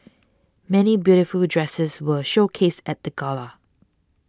many beautiful dresses were showcased at the gala